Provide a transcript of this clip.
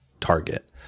target